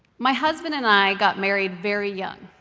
my husband and i got married very young.